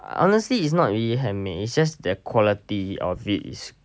honestly it's not really handmade it's just their quality of it is